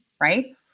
right